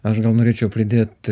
aš norėčiau pridėti